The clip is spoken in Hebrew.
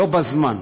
בוצע ב-100%.